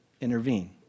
intervene